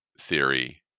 theory